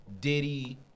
Diddy